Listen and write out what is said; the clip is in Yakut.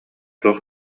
туох